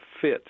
fit